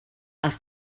els